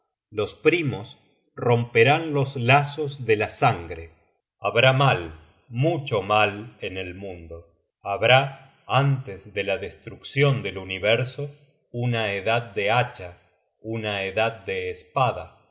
content from google book search generated at sangre habrá mal mucho mal en el mundo habrá antes de la destruccion del universo una edad de hacha una edad de espada